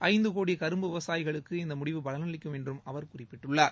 ஐந்து கோடி கரும்பு விவசாயிகளுக்கு இந்த முடிவு பலன் அளிக்கும் என்று அவர் குறிப்பிட்டுள்ளார்